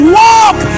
walk